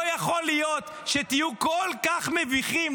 לא יכול להיות שתהיו כל כך מביכים.